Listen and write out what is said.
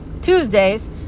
Tuesdays